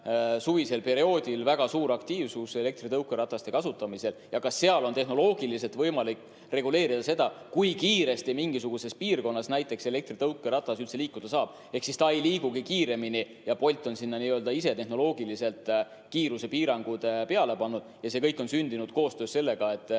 suvisel perioodil on väga suur aktiivsus elektritõukerataste kasutamisel. Seal on tehnoloogiliselt võimalik reguleerida seda, kui kiiresti mingisuguses piirkonnas näiteks elektritõukeratas üldse liikuda saab, ehk ta ei liigugi kiiremini ja Bolt on sinna n‑ö ise tehnoloogiliselt kiirusepiirangud peale pannud. See kõik on sündinud koostöös. PPA on